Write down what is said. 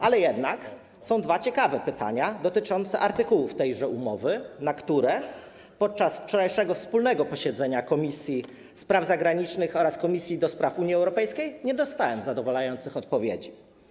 Ale jednak są dwa ciekawe pytania dotyczące artykułów tejże umowy, na które podczas wczorajszego wspólnego posiedzenia Komisji Spraw Zagranicznych oraz Komisji do Spraw Unii Europejskiej nie dostałem zadowalających odpowiedzi.